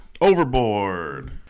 Overboard